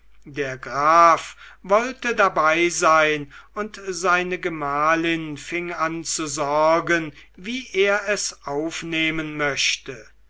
der graf wollte dabei sein und seine gemahlin fing an zu sorgen wie er es aufnehmen möchte